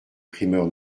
primeurs